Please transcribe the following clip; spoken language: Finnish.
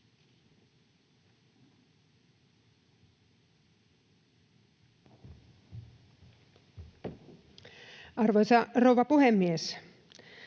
Arvoisa rouva puhemies!